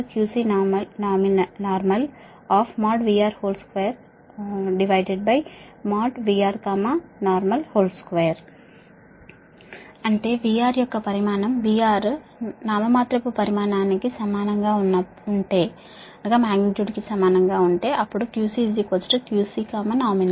QCQCnormal|VR||VRnormal|2 అంటే VR యొక్క magnitude nominal VR magnitude కి సమానంగా ఉంటే అప్పుడు QC QCnominal